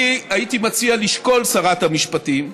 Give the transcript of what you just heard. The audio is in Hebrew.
אני הייתי מציע לשקול, שרת המשפטים,